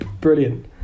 brilliant